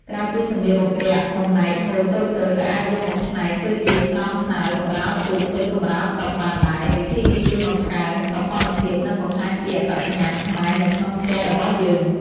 ក្រៅពីសម្លៀកបំពាក់ បំណែកហូលតូចៗ ក៏អាចយកមកច្នៃធ្វើជា ស្រោមខ្នើយ កម្រាលពូក ឬកម្រាលតុ បានដែរ វិធីនេះជួយបង្កើន សោភ័ណភាព និងបង្ហាញពី អត្តសញ្ញាណខ្មែរ នៅក្នុងផ្ទះរបស់យើង។